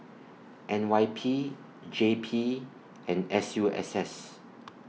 N Y P J P and S U S S